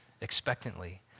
expectantly